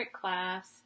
class